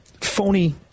phony